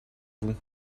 vous